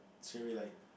straightaway like